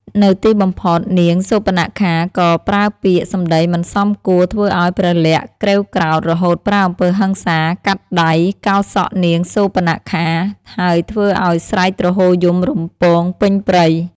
នៅទីបំផុត នាងសូរបនខាក៏ប្រើពាក្យ សំដីមិនសមគួរធ្វើឱ្យ ព្រះលក្សណ៍ក្រេវក្រោធ រហូតប្រើអំពើហិង្សា កាត់ដៃ កោរសក់នាងសួរបនខា ហើយធ្វើអោយស្រែកទ្រហោយំរំពងពេញព្រៃ។